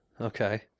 Okay